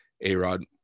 A-Rod